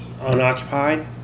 unoccupied